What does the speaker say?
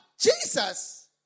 Jesus